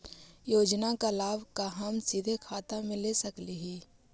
योजना का लाभ का हम सीधे खाता में ले सकली ही?